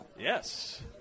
Yes